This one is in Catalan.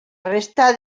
resta